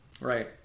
Right